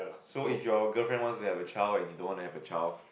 so if your girlfriend wants to have a child and you don't want to have a child